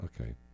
Okay